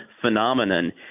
phenomenon